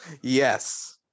Yes